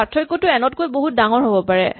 পাৰ্থক্যটো এন তকৈ বহুত ডাঙৰ হ'ব পাৰে